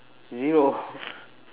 zero